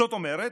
זאת אומרת,